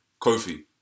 Kofi